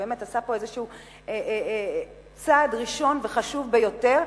שבאמת עשה פה איזשהו צעד ראשון וחשוב ביותר,